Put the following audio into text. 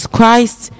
Christ